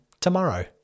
tomorrow